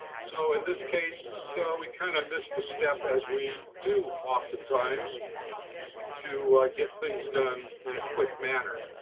so in this case we kind of missed a step as we do oftentimes to get things done in a quick manner.